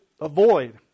avoid